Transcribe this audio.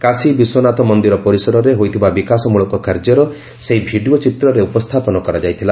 କାଶୀ ବିଶ୍ୱନାଥ ମନ୍ଦିର ପରିସରରେ ହୋଇଥିବା ବିକାଶମ୍ବଳକ କାର୍ଯ୍ୟର ସେହି ଭିଡ଼ିଓ ଚିତ୍ରରେ ଉପସ୍ଥାପନ କରାଯାଇଥିଲା